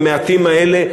המעטים האלה,